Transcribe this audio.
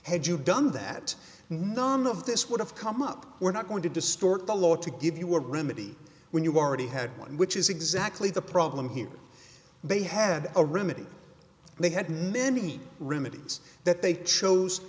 had you done that non of this would have come up we're not going to distort the law to give you a remedy when you already had one which is exactly the problem here they have a remedy they had many remedies that they chose